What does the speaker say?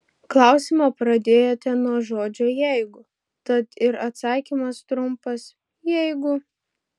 klausimą pradėjote nuo žodžio jeigu tad ir atsakymas trumpas jeigu